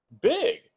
big